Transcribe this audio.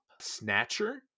Snatcher